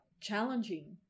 challenging